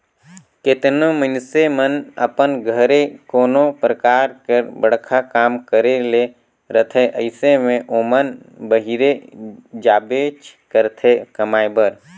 केतनो मइनसे मन अपन घरे कोनो परकार कर बड़खा काम करे ले रहथे अइसे में ओमन बाहिरे जाबेच करथे कमाए बर